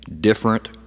different